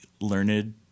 learned